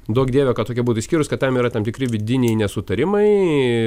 duok dieve kad tokia būtų išskyrus kad tam yra tam tikri vidiniai nesutarimai